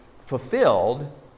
fulfilled